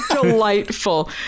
Delightful